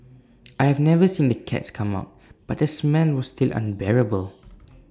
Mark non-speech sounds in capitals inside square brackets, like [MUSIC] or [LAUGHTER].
[NOISE] I have never seen the cats come out but the smell was still unbearable